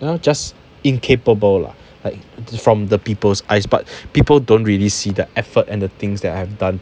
you know just incapable lah like from the people's eyes but people don't really see the effort and the things that I've done